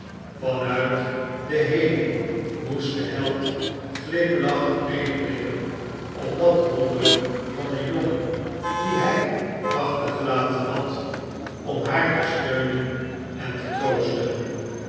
uit den hemel moest de held glimlachend nederblikken op dat wonder van een jongen dien hij achtergelaten had om haar te steunen en te troosten